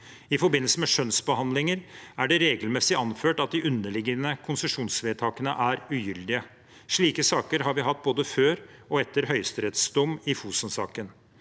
I forbindelse med skjønnsbehandlinger er det regelmessig anført at de underliggende konsesjonsvedtakene er ugyldige. Slike saker har vi hatt både før og etter Høyesteretts dom i Fosen-saken.